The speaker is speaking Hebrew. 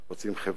רוצים חברה,